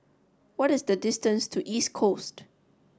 what is the distance to East Coast